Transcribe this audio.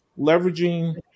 Leveraging